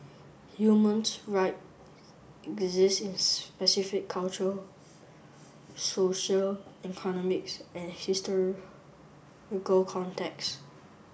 humans right exist in specific cultural social economics and contexts